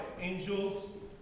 angels